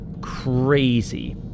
crazy